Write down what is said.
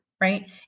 right